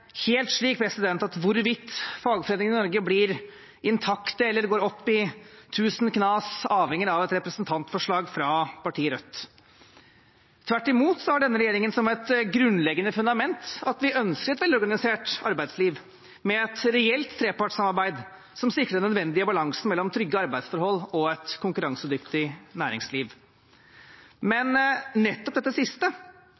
helt slik at hvorvidt fagforeningene i Norge er intakte eller går i tusen knas, avhenger av et representantforslag fra partiet Rødt. Tvert imot har denne regjeringen som et grunnleggende fundament at vi ønsker et velorganisert arbeidsliv, med et reelt trepartssamarbeid som sikrer den nødvendige balansen mellom trygge arbeidsforhold og et konkurransedyktig næringsliv.